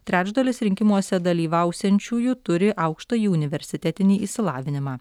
trečdalis rinkimuose dalyvausiančiųjų turi aukštąjį universitetinį išsilavinimą